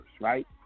right